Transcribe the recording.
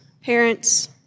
parents